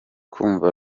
kumva